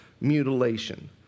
mutilation